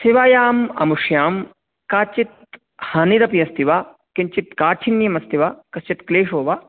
सेवायाम् अमुष्यां काचित् हानिरपि अस्ति वा किञ्चित् काठिण्यम् अस्ति वा क्वचित् क्लेशो वा